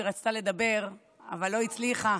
שרצתה לדבר אבל לא הצליחה,